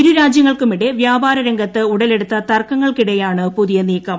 ഇരു രാജ്യങ്ങൾക്കുമിടെ വ്യാപാര്രംഗത്ത് ഉടലെടുത്ത തർക്കങ്ങൾക്കിടെയാണ് പുതിയ നീക്കം